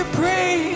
pray